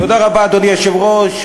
אדוני היושב-ראש,